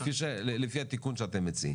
לפי התיקון שאתם מציעים?